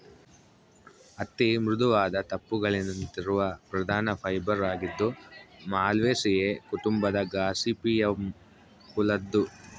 ಹತ್ತಿ ಮೃದುವಾದ ತುಪ್ಪುಳಿನಂತಿರುವ ಪ್ರಧಾನ ಫೈಬರ್ ಆಗಿದ್ದು ಮಾಲ್ವೇಸಿಯೇ ಕುಟುಂಬದ ಗಾಸಿಪಿಯಮ್ ಕುಲದ್ದು